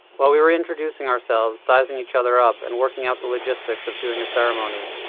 while we were introducing ourselves, sizing each other up, and working out the logistics of doing a ceremony,